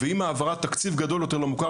ועם העברת תקציב גדול יותר למוסדות המוכר